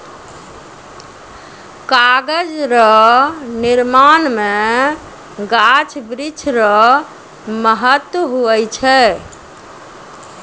कागज रो निर्माण मे गाछ वृक्ष रो महत्ब हुवै छै